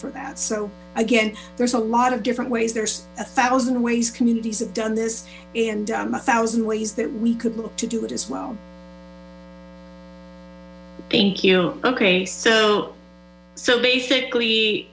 for that so again there's a lot of different ways there's a thousand ways communities have done this and a thousand ways that we could look to do it as well thank you ok so so basically